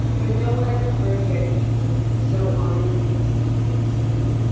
but no one ever heard of any people who were so honourably received and served.